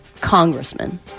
congressman